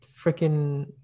Freaking